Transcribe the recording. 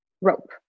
rope